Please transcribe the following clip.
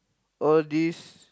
all these